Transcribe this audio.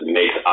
makes